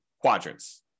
quadrants